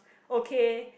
okay